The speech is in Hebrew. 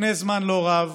לפני זמן לא רב